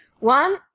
One